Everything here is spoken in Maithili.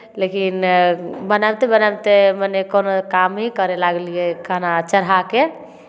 लेकिन बनबिते बनबिते मने कोनो काम ही करय लगलियै खाना चढ़ा कऽ